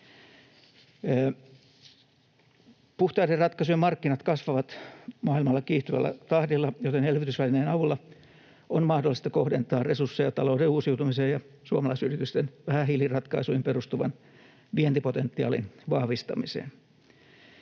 Puhtaiden ratkaisujen markkinat kasvavat maailmalla kiihtyvällä tahdilla, joten elvytysvälineen avulla on mahdollista kohdentaa resursseja talouden uusiutumisen ja suomalais-yritysten vähähiiliratkaisuihin perustuvan vientipotentiaalin vahvistamiseen.